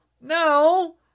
No